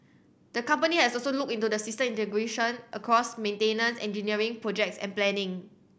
the company has also looked into system integration across maintenance engineering projects and planning